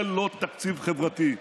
זה לא תקציב חברתי.